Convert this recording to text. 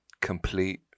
complete